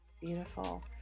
Beautiful